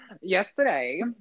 yesterday